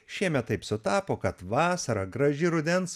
šiemet taip sutapo kad vasara graži rudens